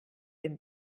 dem